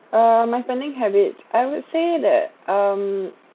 uh my spending habits I would say that um